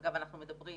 אגב, אנחנו מדברים